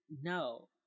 No